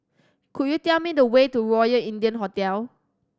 could you tell me the way to Royal India Hotel